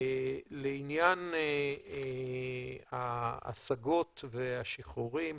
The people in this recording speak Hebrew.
לעניין ההשגות והשחרורים